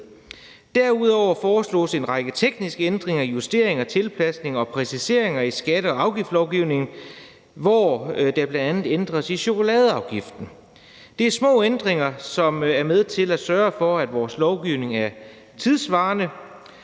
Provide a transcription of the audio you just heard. Derudover foreslås der en række tekniske ændringer – justeringer, tilpasninger og præciseringer – i skatte- og afgiftslovgivningen, hvor der bl.a. ændres i chokoladeafgiften. Det er små ændringer, som er med til at sørge for, at vores lovgivning er tidssvarende.